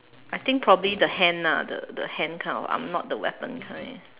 I think probably the hand ah the the hand kind of I'm not the weapon kind